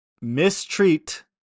mistreat